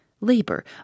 labor